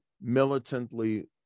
militantly